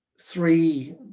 three